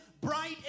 bright